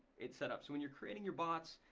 it's set up. so when you're creating your bots,